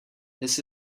this